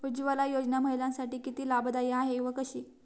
उज्ज्वला योजना महिलांसाठी किती लाभदायी आहे व कशी?